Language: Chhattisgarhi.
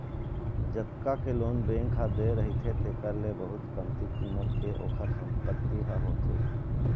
जतका के लोन बेंक ह दे रहिथे तेखर ले बहुत कमती कीमत के ओखर संपत्ति ह होथे